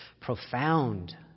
profound